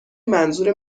منظور